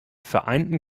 vereinten